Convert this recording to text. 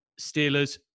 Steelers